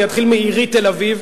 אני אתחיל מעירי תל-אביב.